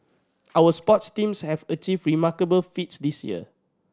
our sports teams have achieve remarkable feats this year